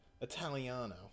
italiano